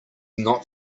not